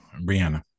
Brianna